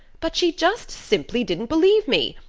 but she just simply didn't believe me.